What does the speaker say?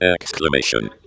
exclamation